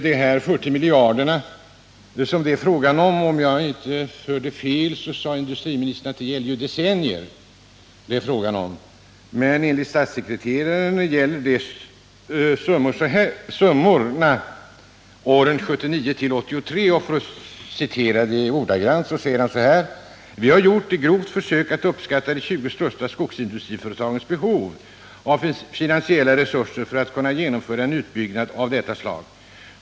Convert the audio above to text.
De 40 miljarder kronor som det här är fråga om gäller enligt industriministern för decennier, om jag nu inte hörde fel. Men enligt statssekreteraren gäller summan för åren 1978-1983. Man skriver, för att citera tidningen ordagrant: ”Vi har gjort ett grovt försök att uppskatta de 20 största skogsindustriföretagens behov av finansiella resurser för att kunna genomföra en utbyggnad av detta slag.